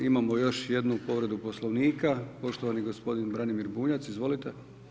Imamo još jednu povredu Poslovnika, poštovani gospodin Branimir Bunjac, izvolite.